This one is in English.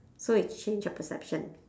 so it changed your perception